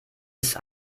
ist